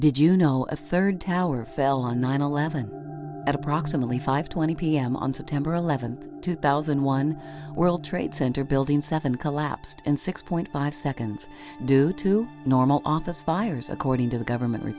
did you know a third tower fell on nine eleven at approximately five twenty p m on september eleventh two thousand and one world trade center building seven collapsed and six point five seconds due to normal office fires according to the government